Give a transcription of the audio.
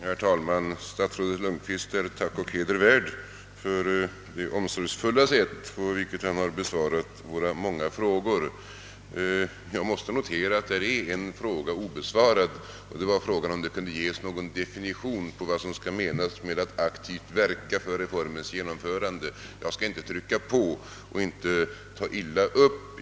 Herr talman! Statsrådet Lundkvist är tack och heder värd för det omsorgsfulla sätt på vilket han har besvarat våra många frågor. Jag måste emellertid notera att en fråga är obesvarad, och det är frågan om det kunde ges någon definition på vad som menas med att aktivt verka för reformens genomförande. Jag skall inte trycka på eller ta illa upp om frågan inte besvaras.